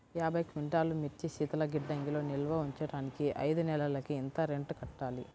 యాభై క్వింటాల్లు మిర్చి శీతల గిడ్డంగిలో నిల్వ ఉంచటానికి ఐదు నెలలకి ఎంత రెంట్ కట్టాలి?